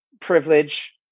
privilege